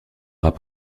rats